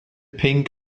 pink